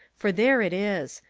for there it is!